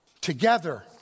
together